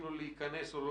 כבר עשיתי את הפעולה,